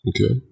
Okay